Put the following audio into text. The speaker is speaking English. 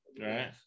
Right